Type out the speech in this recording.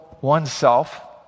oneself